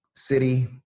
city